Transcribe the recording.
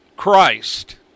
Christ